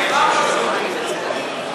תשובה והצבעה במועד אחר?